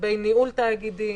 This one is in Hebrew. לגבי ניהול תאגידים,